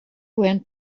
went